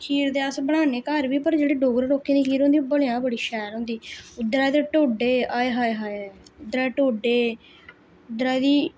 खीर ते अस बनाने घर बी पर जेह्ड़े डोगरें लोकें दी खीर होंदी ओह् भलेआं बड़ी शैल होंदी उद्धरा दे टोडे आए हाए हाए उद्धरा टोडे उद्धरा दी